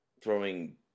throwing